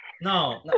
no